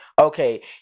Okay